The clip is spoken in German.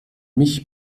mich